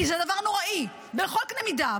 כי זה דבר נוראי בכל קנה מידה.